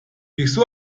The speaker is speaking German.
wieso